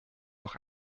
noch